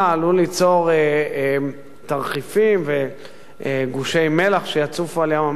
עלול ליצור תרחיפים וגושי מלח שיצופו על ים-המלח.